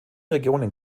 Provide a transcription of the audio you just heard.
regionen